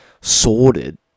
sorted